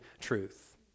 truth